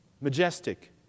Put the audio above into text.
majestic